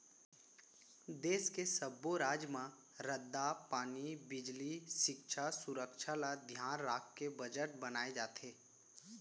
देस के सब्बो राज म रद्दा, पानी, बिजली, सिक्छा, सुरक्छा ल धियान राखके बजट बनाए जाथे